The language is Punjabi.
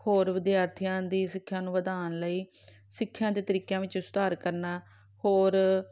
ਹੋਰ ਵਿਦਿਆਰਥੀਆਂ ਦੀ ਸਿੱਖਿਆ ਨੂੰ ਵਧਾਉਣ ਲਈ ਸਿੱਖਿਆ ਦੇ ਤਰੀਕਿਆਂ ਵਿੱਚ ਸੁਧਾਰ ਕਰਨਾ ਹੋਰ